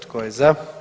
Tko je za?